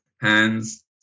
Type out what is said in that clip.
hands